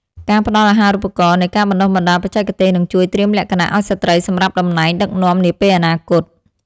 ការផ្តល់អាហារូបករណ៍និងការបណ្តុះបណ្តាលបច្ចេកទេសនឹងជួយត្រៀមលក្ខណៈឱ្យស្ត្រីសម្រាប់តំណែងដឹកនាំនាពេលអនាគត។